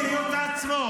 עצמו,